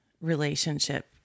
relationship